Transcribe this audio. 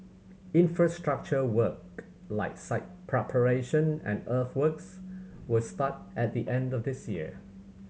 infrastructure work like site preparation and earthworks will start at the end of this year